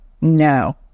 No